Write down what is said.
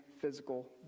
physical